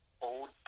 old